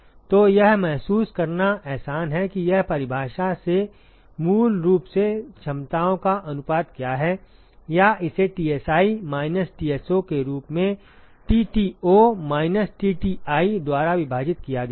तो यह महसूस करना आसान है कि यह परिभाषा से मूल रूप से क्षमताओं का अनुपात क्या है या इसे Tsi माइनस Tso के रूप में Tto माइनस Tti द्वारा विभाजित किया गया है